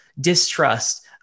distrust